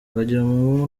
twagiramungu